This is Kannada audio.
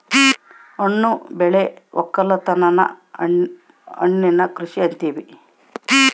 ಹಣ್ಣು ಬೆಳೆ ವಕ್ಕಲುತನನ ಹಣ್ಣಿನ ಕೃಷಿ ಅಂತಿವಿ